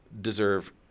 deserve